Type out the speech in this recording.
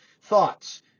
Thoughts